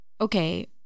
okay